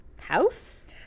house